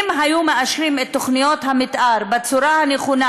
אם היו מאשרים את תוכניות המתאר בצורה הנכונה,